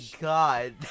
God